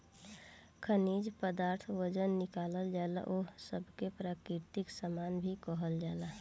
खनिज पदार्थ जवन निकालल जाला ओह सब के प्राकृतिक सामान भी कहल जाला